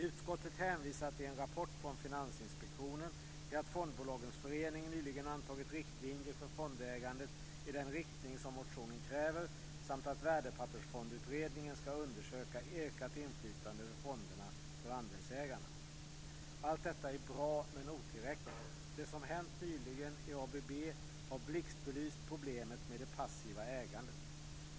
Utskottet hänvisar till en rapport från Finansinspektionen, till att fondbolagens förening nyligen antagit riktlinjer för fondägandet i den riktning som krävs i motionen samt att Värdepappersfondutredningen ska undersöka ökat inflytande över fonderna för andelsägarna. Allt detta är bra, men otillräckligt. Det som hänt nyligen i ABB har blixtbelyst problemet med det passiva ägandet.